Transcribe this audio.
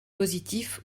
positif